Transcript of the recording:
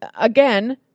again